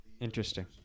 Interesting